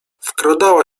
wkradała